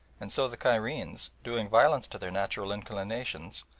and so the cairenes, doing violence to their natural inclinations,